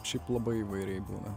šiaip labai įvairiai būna